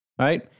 right